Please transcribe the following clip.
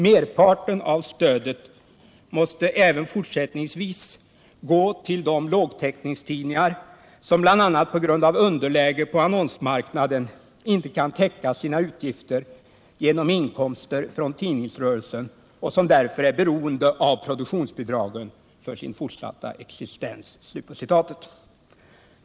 Merparten av stödet måste även fortsättningsvis gå till de lågtäckningstidningar som bl.a. på grund av underläge på annonsmarknaden inte kan täcka sina utgifter genom inkomster från tidningsrörelsen och som därför är beroende av produktionsbidragen för sin fortsatta existens.” Herr talman!